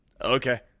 okay